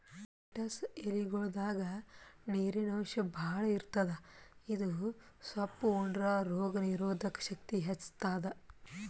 lettuce ಎಲಿಗೊಳ್ದಾಗ್ ನೀರಿನ್ ಅಂಶ್ ಭಾಳ್ ಇರ್ತದ್ ಇದು ಸೊಪ್ಪ್ ಉಂಡ್ರ ರೋಗ್ ನೀರೊದಕ್ ಶಕ್ತಿ ಹೆಚ್ತಾದ್